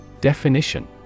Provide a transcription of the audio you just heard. Definition